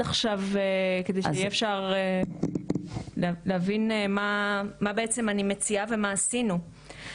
עכשיו כדי להבין מה בעצם אני מציעה ומה עשינו.